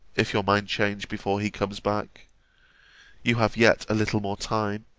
if your mind change before he comes back you have yet a little more time,